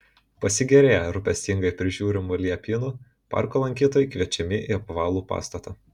pasigėrėję rūpestingai prižiūrimu liepynu parko lankytojai kviečiami į apvalų pastatą